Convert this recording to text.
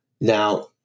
Now